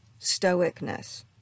Stoicness